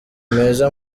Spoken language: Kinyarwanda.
meza